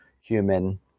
human